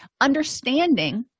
Understanding